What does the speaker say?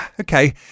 Okay